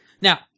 Now